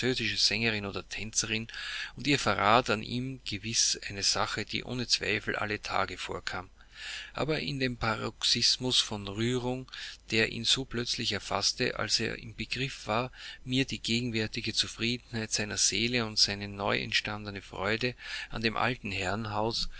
tänzerin und ihr verrat an ihm gewiß eine sache die ohne zweifel alle tage vorkam aber in dem paroxismus von rührung der ihn so plötzlich erfaßte als er im begriff war mir die gegenwärtige zufriedenheit seiner seele und seine neu erstandene freude an dem alten herrenhause